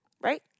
right